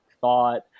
thought